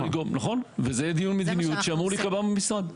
וזה דיון מדיניות שאמור להיקבע במשרד.